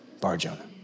Bar-Jonah